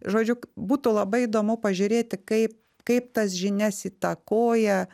žodžiu būtų labai įdomu pažiūrėti kaip kaip tas žinias įtakoja